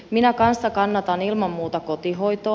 minä kanssa kannatan ilman muuta kotihoitoa